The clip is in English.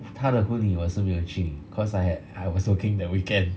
她的婚姻我也没有去 cause I had I was working that weekend